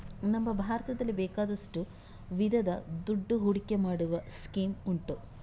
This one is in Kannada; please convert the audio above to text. ನಮ್ಮ ಭಾರತದಲ್ಲಿ ಬೇಕಾದಷ್ಟು ವಿಧದ ದುಡ್ಡು ಹೂಡಿಕೆ ಮಾಡುವ ಸ್ಕೀಮ್ ಉಂಟು